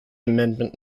amendment